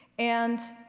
and,